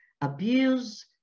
abuse